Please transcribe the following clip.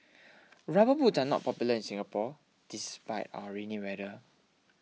rubber boots are not popular in Singapore despite our rainy weather